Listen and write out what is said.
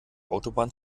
autobahn